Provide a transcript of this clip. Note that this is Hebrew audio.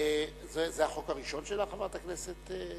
זה החוק הראשון שלך, חברת הכנסת?